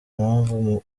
mpamvu